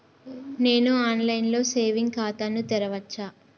నేను online లో saving ఖాతా ను తెరవచ్చా?